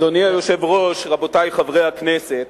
אדוני היושב-ראש, רבותי חברי הכנסת,